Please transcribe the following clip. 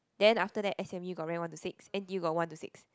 then after that s_m_u got rank one to six n_t_u got one to six